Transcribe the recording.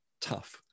tough